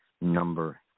number